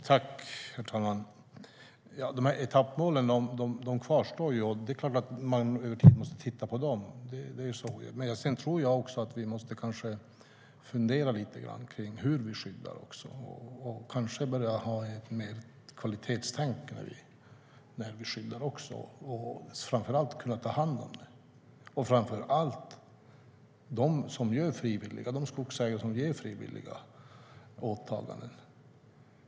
Herr talman! Etappmålen kvarstår. Det är klart att man måste titta på dem över tid. Sedan tror jag att vi också måste fundera lite grann på hur vi skyddar skogen och kanske börja ha mer kvalitetstänkande när vi skyddar och tar hand om den. Framför allt måste vi ta hand om de skogsägare som gör frivilliga åtaganden.